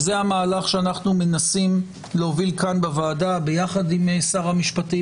וזה המהלך שאנו מנסים להוביל כאן בוועדה יחד עם שר המשפטים,